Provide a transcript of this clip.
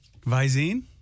Visine